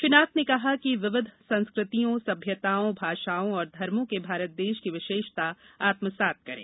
श्री नाथ ने कहा कि विविध संस्कृतियों सभ्यताओं भाषाओं और धर्मो के भारत देश की विशेषता आत्मासात करें